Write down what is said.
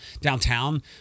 downtown